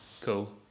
cool